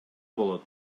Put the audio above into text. болот